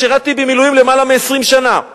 שירתי במילואים למעלה מ-20 שנה,